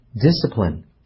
discipline